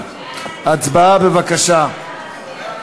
הצבעה, בבקשה.